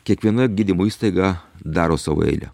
kiekviena gydymo įstaiga daro savo eilę